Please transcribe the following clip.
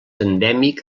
endèmic